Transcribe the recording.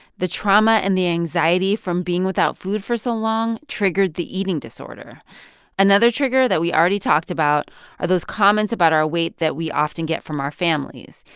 the trauma and the anxiety from being without food for so long triggered the eating disorder another trigger that we already talked about are those comments about our weight that we often get from our families.